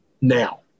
now